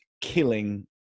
killing